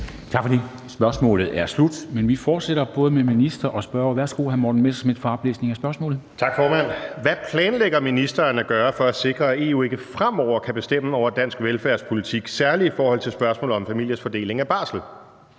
Tak for det. Spørgsmålet er slut. Men vi fortsætter med både ministeren og spørgeren. Kl. 13:42 Spm. nr. S 60 8) Til beskæftigelsesministeren af: Morten Messerschmidt (DF): Hvad planlægger ministeren at gøre for at sikre, at EU ikke fremover kan bestemme over dansk velfærdspolitik, særlig i forhold til spørgsmålet om familiers fordeling af barsel?